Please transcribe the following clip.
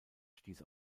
stieß